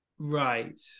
right